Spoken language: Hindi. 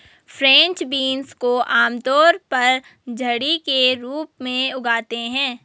फ्रेंच बीन्स को आमतौर पर झड़ी के रूप में उगाते है